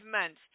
months